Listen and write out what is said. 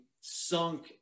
sunk